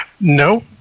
no